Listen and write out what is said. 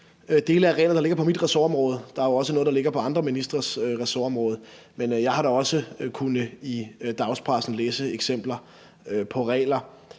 dele af reglerne, der ligger på mit ressortområde; der er jo også noget, der ligger på andre ministres ressortområder. Men jeg har da også i dagspressen kunnet læse eksempler på regler,